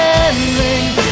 ending